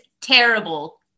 terrible